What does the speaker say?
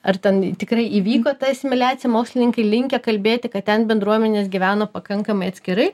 ar ten tikrai įvyko ta asimiliacija mokslininkai linkę kalbėti kad ten bendruomenės gyveno pakankamai atskirai